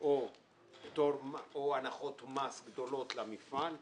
או הנחות מס גדולות למפעל,